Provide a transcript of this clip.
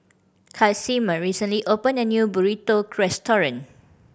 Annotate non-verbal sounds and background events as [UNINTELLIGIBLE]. Casimer recently opened a new Burrito [UNINTELLIGIBLE]